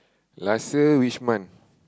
last year which month